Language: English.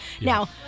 now